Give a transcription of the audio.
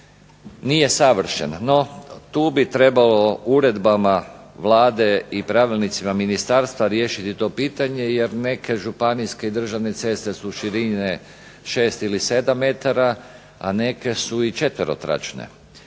nije savršen, no tu bi trebao uredbama Vlade i pravilnicima ministarstva riješiti to pitanje jer neke županijske i državne ceste su širine 6 ili 7 metara, a neke su i četverotračne